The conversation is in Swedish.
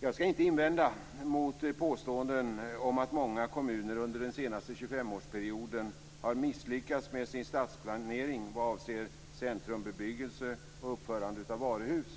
Jag skall inte invända mot påståenden om att många kommuner under den senaste 25-årsperioden har misslyckats med sin stadsplanering vad avser centrumbebyggelse och uppförande av varuhus.